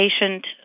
patient